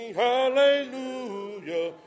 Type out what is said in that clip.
hallelujah